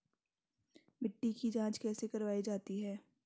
मिट्टी की जाँच कैसे करवायी जाती है?